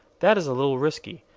that is a little risky,